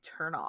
turnoff